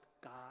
God